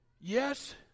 Yes